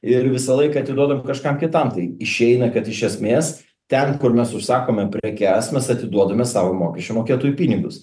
ir visą laiką atiduodam kažkam kitam tai išeina kad iš esmės ten kur mes užsakome prekes mes atiduodame savo mokesčių mokėtojų pinigus